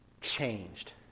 changed